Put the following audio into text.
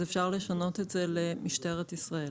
אפשר לשנות את זה למשטרת ישראל.